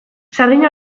sardina